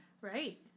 Right